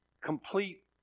Complete